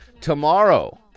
Tomorrow